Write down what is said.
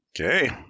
Okay